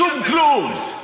שום כלום.